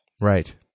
Right